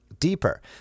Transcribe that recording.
deeper